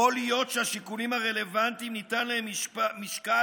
יכול להיות שהשיקולים הרלוונטיים ניתן להם משקל,